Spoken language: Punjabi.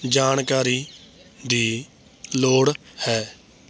ਜਾਣਕਾਰੀ ਦੀ ਲੋੜ ਹੈ